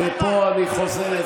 ופה אני חוזר,